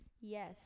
Yes